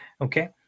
Okay